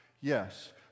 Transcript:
Yes